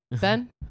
Ben